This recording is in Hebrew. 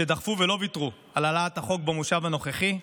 שדחפו ולא ויתרו על העלאת החוק במושב הנוכחי.